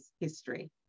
history